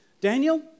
Daniel